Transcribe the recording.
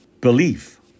belief